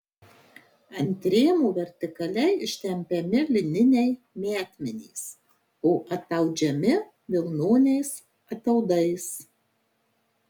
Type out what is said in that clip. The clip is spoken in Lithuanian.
ant rėmo vertikaliai ištempiami lininiai metmenys o ataudžiami vilnoniais ataudais